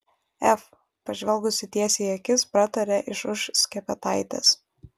ef pažvelgusi tiesiai į akis pratarė iš už skepetaitės